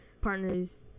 partners